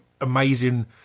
amazing